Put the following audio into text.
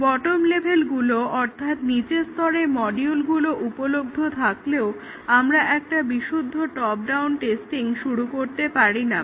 bottom লেভেলগুলো অর্থাৎ নিচের স্তরের মডিউলগুলো উপলব্ধ থাকলেও আমরা একটা বিশুদ্ধ টপ ডাউন টেস্টিং করতে পারিনা